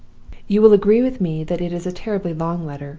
you will agree with me that it is a terribly long letter.